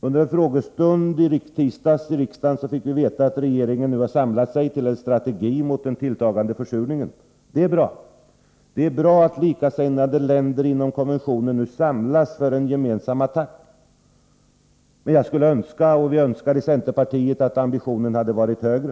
Under en frågestund i tisdags i riksdagen fick vi veta att regeringen nu samlat sig till en strategi mot den tilltagande försurningen. Det är bra att likasinnade länder inom konventionen nu samlas för en gemensam attack — men i centerpartiet önskar vi att ambitionen varit högre.